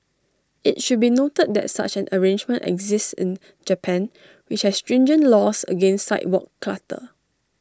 IT should be noted that such an arrangement exists in Japan which has stringent laws against sidewalk clutter